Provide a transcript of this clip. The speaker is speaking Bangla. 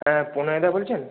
হ্যাঁ প্রণয়দা বলছেন